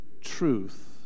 truth